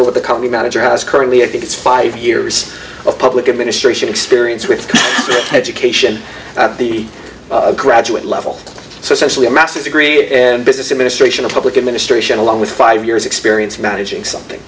for the company manager has currently i think it's five years of public administration experience with education at the graduate level so essentially a master's degree and business administration of public administration along with five years experience managing something